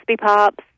Pops